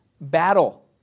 battle